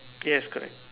yes correct